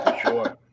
Sure